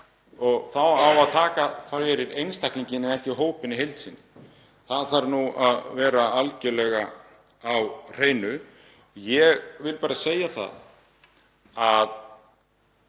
en þá á að taka fyrir einstaklinginn en ekki hópinn í heild sinni. Það þarf nú að vera algerlega á hreinu. Ég vil bara segja það að